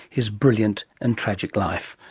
his brilliant and tragic life.